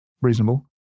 reasonable